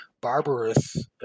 barbarous